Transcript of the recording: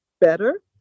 better